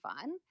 fun